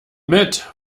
mit